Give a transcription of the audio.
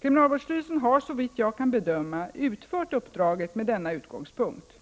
Kriminalvårdsstyrelsen har såvitt jag kan bedöma utfört uppdraget med denna utgångpunkt.